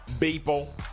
people